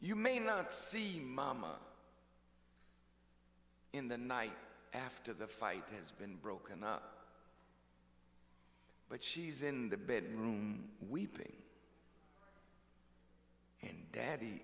you may not seen mama in the night after the fight has been broken but she's in the bedroom weeping and daddy